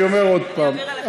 אני אומר עוד פעם, אעביר אליך,